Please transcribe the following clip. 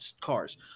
cars